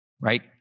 right